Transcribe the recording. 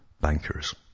bankers